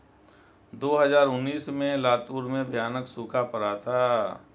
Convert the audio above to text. दो हज़ार उन्नीस में लातूर में भयानक सूखा पड़ा था